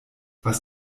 was